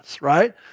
right